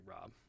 Rob